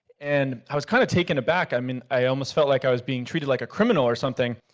and i was kinda taken aback, i mean i almost felt like i was being treated like a criminal or something.